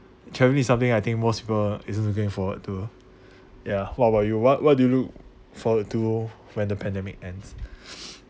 travelling is something I think most people is looking forward to ya what about you what what do you look forward to when the pandemic ends